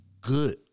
good